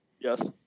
Yes